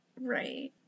right